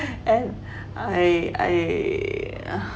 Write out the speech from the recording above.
and I I